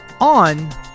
on